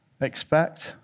expect